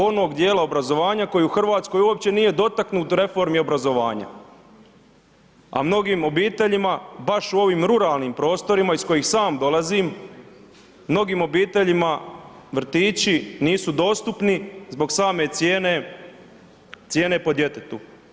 Onog dijela obrazovanja koji u Hrvatskoj uopće nije dotaknut reformi obrazovanja, a mnogim obiteljima baš u ovim ruralnim prostorima iz kojih sam dolazim, mnogim obiteljima vrtići nisu dostupni zbog same cijene po djetetu.